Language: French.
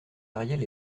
ariel